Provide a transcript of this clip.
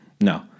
no